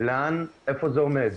איפה זה עומד,